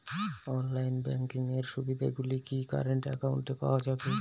Online banking এর সুবিধে গুলি কি কারেন্ট অ্যাকাউন্টে পাওয়া যাবে?